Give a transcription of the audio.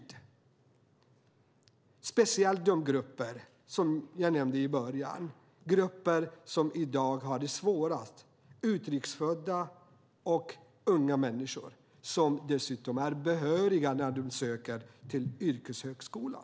Det gäller speciellt de grupper som jag nämnde i början - grupper som i dag har det svårast, nämligen utrikes födda och unga människor. De är dessutom behöriga när de söker till yrkeshögskolan.